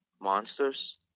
monsters